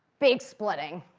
big splitting.